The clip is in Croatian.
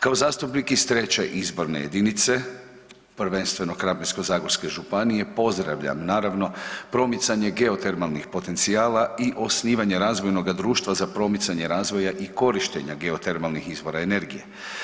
Kao zastupnik iz 3. izborne jedinice, prvenstveno Krapinsko-zagorske županije, pozdravljam, naravno, promicanje geotermalnih potencijala i osnivanje razvojnoga društva za promicanje razvoja i korištenje geotermalnih izvora energije.